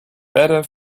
better